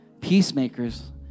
Peacemakers